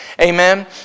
Amen